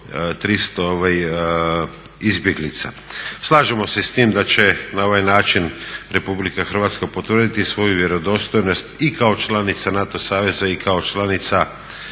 300 izbjeglica. Slažemo se i s tim da će na ovaj način Republika Hrvatska potvrditi svoju vjerodostojnost i kao članica NATO saveza i kao članica